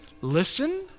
Listen